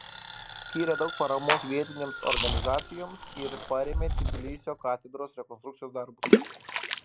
skyrė daug paramos vietinėms organizacijoms ir parėmė tbilisio katedros rekonstrukcijos darbus